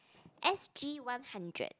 S_G one hundred